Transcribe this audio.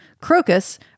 Crocus